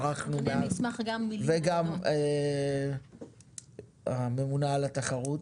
וגם הממונה על התחרות,